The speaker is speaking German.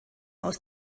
aus